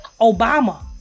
Obama